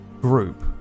group